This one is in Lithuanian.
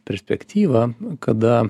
perspektyvą kada